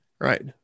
right